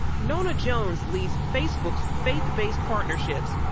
nona jones leads facebook's faith-based partnerships.